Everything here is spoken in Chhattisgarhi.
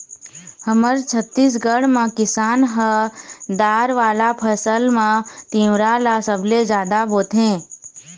हमर छत्तीसगढ़ म किसान ह दार वाला फसल म तिंवरा ल सबले जादा बोथे